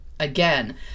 again